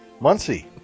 Muncie